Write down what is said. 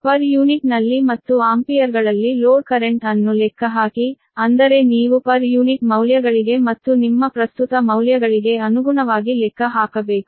per unit ನಲ್ಲಿ ಮತ್ತು ಆಂಪಿಯರ್ಗಳಲ್ಲಿ ಲೋಡ್ ಕರೆಂಟ್ ಅನ್ನು ಲೆಕ್ಕಹಾಕಿ ಅಂದರೆ ನೀವು ಪರ್ ಯೂನಿಟ್ ಮೌಲ್ಯಗಳಿಗೆ ಮತ್ತು ನಿಮ್ಮ ಪ್ರಸ್ತುತ ಮೌಲ್ಯಗಳಿಗೆ ಅನುಗುಣವಾಗಿ ಲೆಕ್ಕ ಹಾಕಬೇಕು